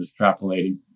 extrapolating